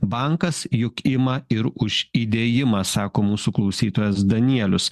bankas juk ima ir už įdėjimą sako mūsų klausytojas danielius